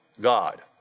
God